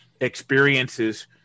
experiences